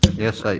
yes, like